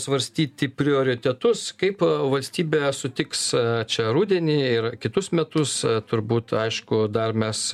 svarstyti prioritetus kaip valstybė sutiks čia rudenį ir kitus metus turbūt aišku dar mes